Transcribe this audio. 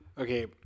Okay